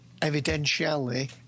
evidentially